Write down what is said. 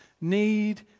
need